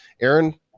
Aaron